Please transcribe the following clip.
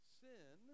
sin